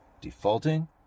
defaulting